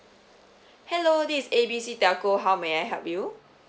hello this is A B C telco how may I help you